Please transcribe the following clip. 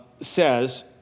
says